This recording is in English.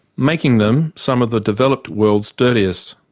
making them some of the developed world's dirtiest.